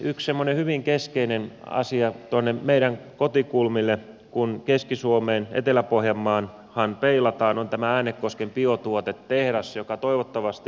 yksi semmoinen hyvin keskeinen asia meidän kotikulmille kun keski suomeen etelä pohjanmaahan peilataan on tämä äänekosken biotuotetehdas joka toivottavasti valmistuu